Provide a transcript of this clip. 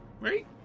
right